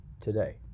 today